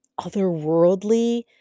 otherworldly